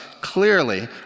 clearly